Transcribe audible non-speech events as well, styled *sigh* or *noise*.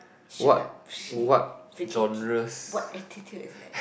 shut up *noise* forget it what attitude is that